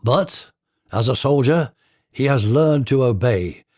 but as a soldier he has learned to obey,